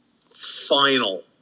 final